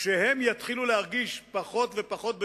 כשהם יתחילו להרגיש פחות ופחות בטוחים,